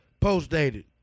Post-dated